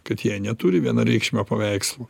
kad jie neturi vienareikšmio paveikslų